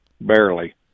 Barely